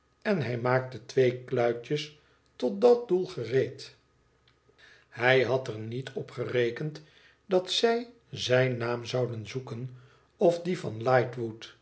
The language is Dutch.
en hij maakte twee kluitjes tot dat doel gereed hij had er niet op gerekend dat zij zijn naam zouden zoeken of dien van